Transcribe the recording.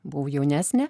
buvau jaunesnė